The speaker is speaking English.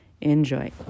enjoy